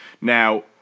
Now